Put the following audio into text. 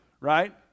right